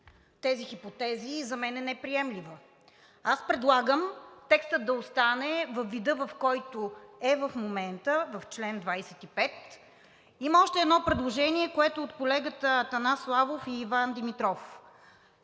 тези хипотези за мен е неприемлива. Предлагам текстът да остане във вида, в който е в момента в чл. 25. Има още едно предложение, което е от колегите Атанас Славов и Иван Димитров,